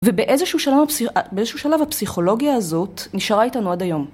ובאיזשהו שלב הפסיכולוגיה הזאת נשארה איתנו עד היום.